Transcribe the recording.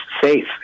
safe